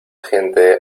gente